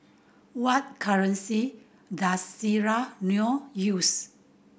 what currency does Sierra Leone use